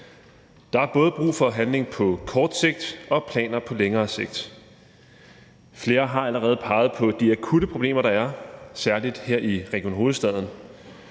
Der er både brug for handling på kort sigt og planer på længere sigt. Flere har allerede peget på de akutte problemer, der er, særlig her i Region Hovedstaden.